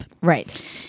Right